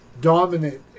dominant